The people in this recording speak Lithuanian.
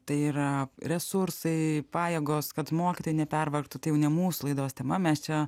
tai yra resursai pajėgos kad mokytojai nepervargtų tai jau ne mūsų laidos tema mes čia